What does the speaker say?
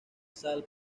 sal